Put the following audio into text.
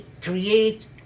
create